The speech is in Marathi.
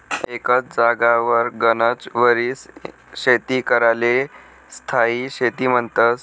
एकच जागावर गनच वरीस शेती कराले स्थायी शेती म्हन्तस